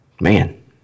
man